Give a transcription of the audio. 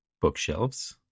bookshelves